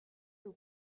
vous